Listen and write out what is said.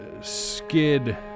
skid